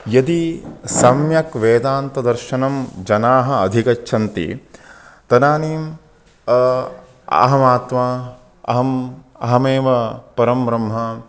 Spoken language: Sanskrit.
यदि सम्यक् वेदान्तदर्शनं जनाः अधिगच्छन्ति तदानीम् अहम् आत्मा अहम् अहमेव परं ब्रह्मः